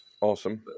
awesome